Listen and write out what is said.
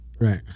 right